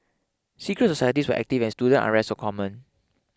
secret societies were active and student unrest was common